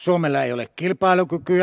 suomella ei ole kilpailukykyä